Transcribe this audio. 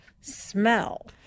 smell